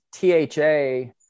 THA